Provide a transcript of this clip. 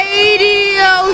Radio